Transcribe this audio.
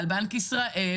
על בנק ישראל,